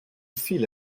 viele